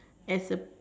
as a